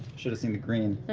should've seen the green.